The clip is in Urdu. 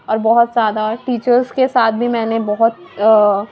اور بہت زیادہ ٹیچرس کے ساتھ بھی میں نے بہت